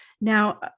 now